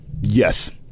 Yes